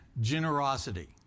generosity